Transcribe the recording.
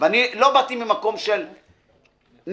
לא באתי ממקום של להיות נגד.